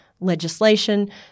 legislation